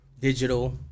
digital